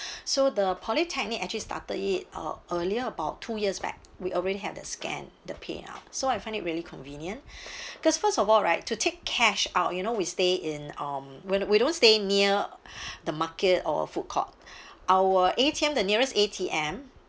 so the polytechnic actually started it uh earlier about two years back we already have the scan the paynow so I find it really convenient cause first of all right to take cash out you know we stay in um when we we don't stay near the market or foodcourt our A_T_M the nearest A_T_M